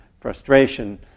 frustration